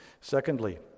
Secondly